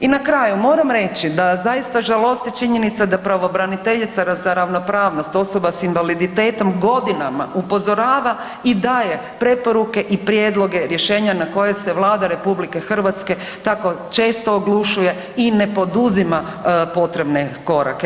I na kraju moram reći da zaista žalosti činjenica da pravobraniteljica za ravnopravnost osobama s invaliditetom godinama upozorava i daje preporuke i prijedloge rješenja na koje se Vlada RH tako često oglušuje i ne poduzima potrebne korake.